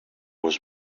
was